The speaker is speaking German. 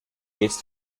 jetzt